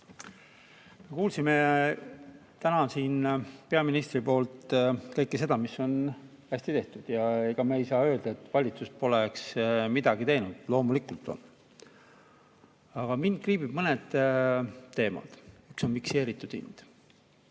Kuulsime täna siin peaministrilt kõike seda, mis on hästi tehtud. Ja ega me ei saa öelda, et valitsus poleks midagi teinud. Loomulikult on. Aga mind kriibivad mõned teemad. Üks on fikseeritud hind.